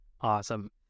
Awesome